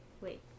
Wait